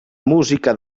música